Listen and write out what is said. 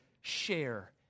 share